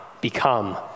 become